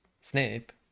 Snape